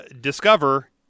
Discover